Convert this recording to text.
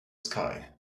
sky